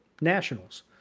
nationals